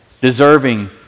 deserving